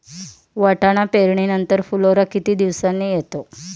वाटाणा पेरणी नंतर फुलोरा किती दिवसांनी येतो?